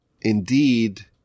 indeed